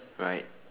right